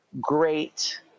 great